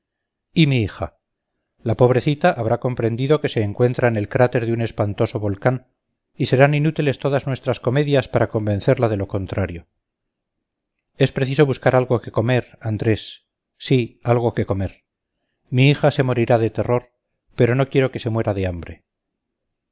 y mi hija la pobrecita habrá comprendido que se encuentra en el cráter de un espantoso volcán y serán inútiles todas nuestras comedias para convencerla de lo contrario es preciso buscar algo que comer andrés sí algo que comer mi hija se morirá de terror pero no quiero que se muera de hambre